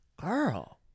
girl